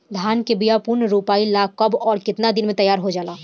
धान के बिया पुनः रोपाई ला कब और केतना दिन में तैयार होजाला?